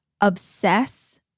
obsess